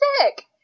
sick